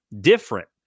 different